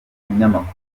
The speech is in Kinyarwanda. umunyamakuru